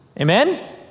Amen